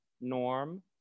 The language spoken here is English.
Norm